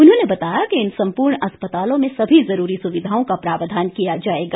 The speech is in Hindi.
उन्होंने बताया कि इन सम्पूर्ण अस्पतालों में सभी जरूरी सुविधाओं का प्रावधान किया जाएगा